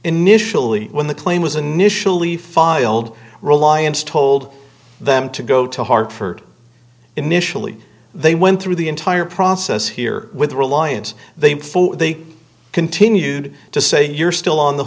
initially when the claim was a knish alee filed reliance told them to go to hartford initially they went through the entire process here with reliance they continued to say you're still on the